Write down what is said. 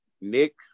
Nick